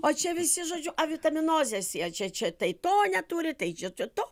o čia visi žodžiu avitaminozės jie čia čia tai to neturi tai čia čia to